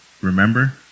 remember